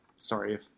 Sorry